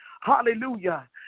Hallelujah